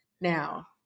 now